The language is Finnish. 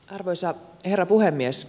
arvoisa herra puhemies